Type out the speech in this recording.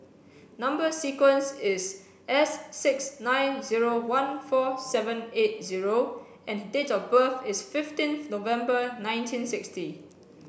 number sequence is S six nine zero one four seven eight zero and date of birth is fifteenth November nineteen sixty